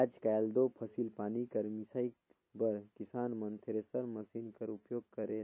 आएज काएल दो फसिल पानी कर मिसई बर किसान मन थेरेसर मसीन कर उपियोग करे